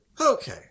Okay